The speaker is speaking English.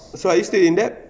so are you still in that